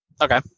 Okay